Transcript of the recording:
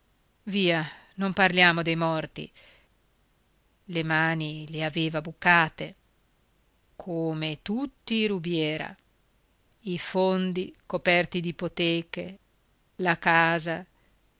via non parliamo dei morti le mani le aveva bucate come tutti i rubiera i fondi coperti di ipoteche e la casa